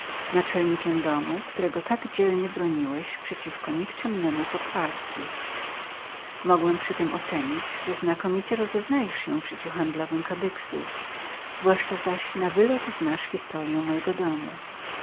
naczelnikiem domu którego tak dzielnie broniłeś przeciwko nikczemnemu potwarcy mogłem przy tym ocenić że znakomicie rozeznajesz się w życiu handlowym kadyksu zwłaszcza zaś na wylot znasz historię mojego domu